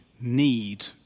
need